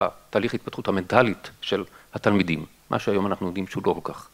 התהליך ההתפתחות המנטלית של התלמידים, מה שהיום אנחנו יודעים שהוא לא כל כך.